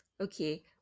okay